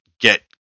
get